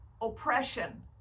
oppression